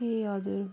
ए हजुर